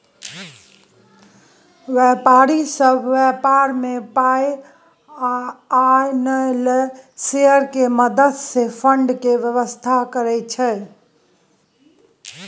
व्यापारी सब व्यापार में पाइ आनय लेल शेयर के मदद से फंड के व्यवस्था करइ छइ